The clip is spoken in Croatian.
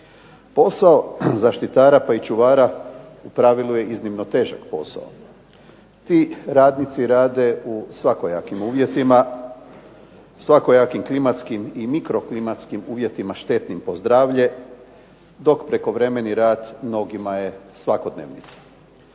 Posao zaštitara pa i čuvara u pravilu je iznimno težak posao. Ti radnici rade u svakojakim uvjetima, svakojakim klimatskim i mikroklimatskim uvjetima štetnim po zdravlje dok prekovremeni rad mnogima je svakodnevnica.